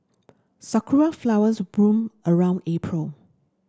sakura flowers bloom around April